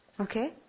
Okay